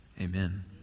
Amen